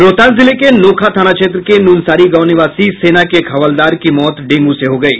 रोहतास जिले के नोखा थाना क्षेत्र के नुनसारी गांव निवासी सेना के एक हवलदार की मौत डेंगू से हो गयी